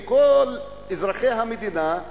וכל אזרחי המדינה,